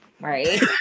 right